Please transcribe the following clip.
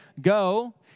Go